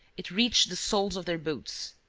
it reached the soles of their boots.